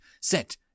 set